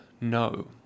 no